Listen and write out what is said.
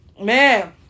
man